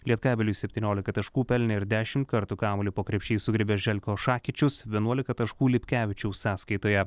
lietkabeliui septyniolika taškų pelnė ir dešimt kartų kamuolį po krepšiais sugriebė želko šakyčius vienuolika taškų lipkevičiaus sąskaitoje